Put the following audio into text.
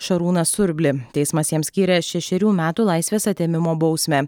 šarūną surblį teismas jam skyrė šešerių metų laisvės atėmimo bausmę